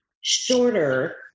shorter